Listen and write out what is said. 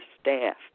staff